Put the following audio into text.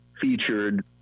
featured